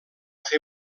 fer